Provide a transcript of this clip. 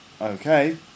Okay